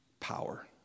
power